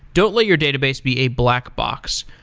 don't let your database be a black box.